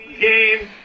game